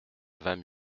vingt